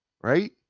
right